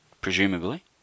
presumably